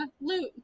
loot